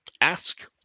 ask